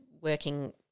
working